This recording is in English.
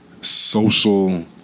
social